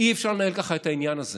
אי-אפשר לנהל ככה את העניין הזה.